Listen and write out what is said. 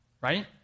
right